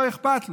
לא אכפת לו.